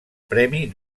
premi